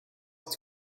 het